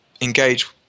engage